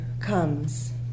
comes